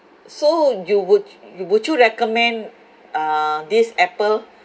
so you would would you recommend uh this apple